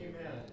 Amen